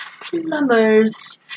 Plumbers